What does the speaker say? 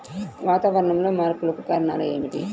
వాతావరణంలో మార్పులకు కారణాలు ఏమిటి?